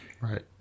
Right